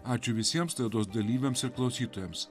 ačiū visiems laidos dalyviams ir klausytojams